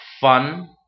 fun